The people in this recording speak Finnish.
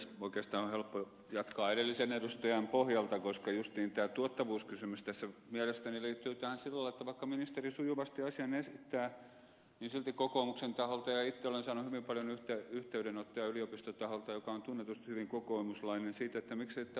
oikeastaan on helppo jatkaa edellisen edustajan pohjalta koska justiin tämä tuottavuuskysymys tässä mielestäni liittyy tähän sillä lailla että vaikka ministeri sujuvasti asian esittää niin silti kokoomuksen taholta on kysytty ja itse olen saanut siitä hyvin paljon yhteydenottoja yliopistotaholta joka on tunnetusti hyvin kokoomuslainen miksei tätä prosessia ole pysäytetty